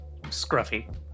scruffy